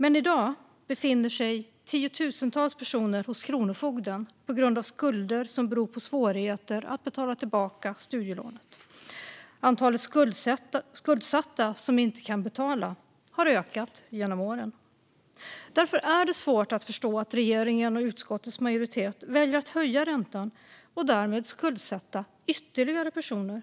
I dag befinner sig tiotusentals personer hos kronofogden på grund av skulder som beror på svårigheter att betala tillbaka studielånet. Antalet skuldsatta som inte kan betala har ökat genom åren. Därför är det svårt att förstå att regeringen och utskottets majoritet väljer att höja räntan och därmed skuldsätta ytterligare personer.